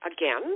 again